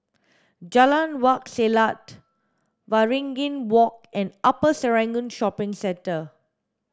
Jalan Wak Selat Waringin Walk and Upper Serangoon Shopping Centre